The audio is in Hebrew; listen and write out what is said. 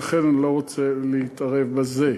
ולכן אני לא רוצה להתערב בזה.